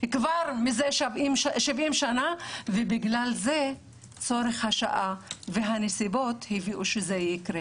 כבר מזה 70 שנה ובגלל זה צורך השעה והנסיבות הביאו שזה יקרה,